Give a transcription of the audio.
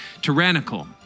tyrannical